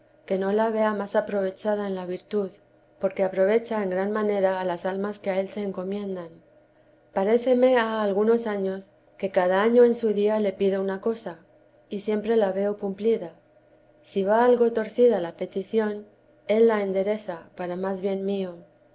que no la vea más aprovechada en la virtud porque aprovecha en gran manera a las almas que a él se encomiendan parécerne ha algunos años que cada año en su día le pido una cosa y siempre la veo cumplida si va algo torcida la petición él la endereza para más bien mío